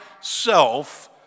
self